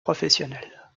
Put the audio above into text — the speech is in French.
professionnelle